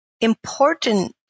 important